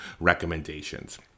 recommendations